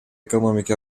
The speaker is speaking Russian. экономики